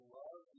love